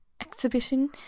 exhibition